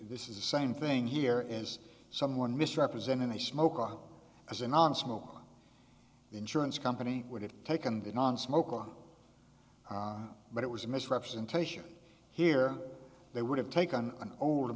is the same thing here is someone misrepresenting they smoke pot as a nonsmoker the insurance company would have taken the nonsmoker but it was a misrepresentation here they would have taken an older